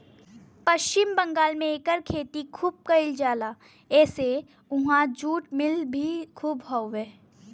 पश्चिम बंगाल में एकर खेती खूब कइल जाला एसे उहाँ जुट मिल भी खूब हउवे